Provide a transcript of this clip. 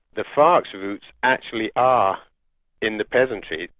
the farc's roots actually are in the peasantry.